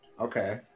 Okay